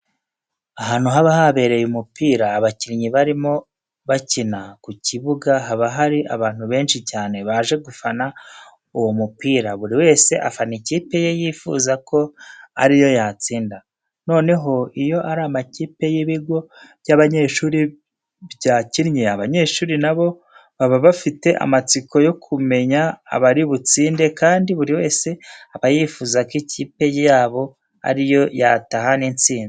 Ahantu haba habereye umupira abakinnyi barimo bakina, ku kibuga haba hari abantu benshi cyane baje gufana uwo mupira buri wese afana ikipe ye yifuza ko ari yo yatsinda. Noneho iyo ari amakipe y'ibigo by'abanyeshuri byakinnye abanyeshuri na bo baba bafite amatsiko yo kumenya abari butsinde kandi buri wese aba yifuza ko ikipe yabo ari yo yatahana intsinzi.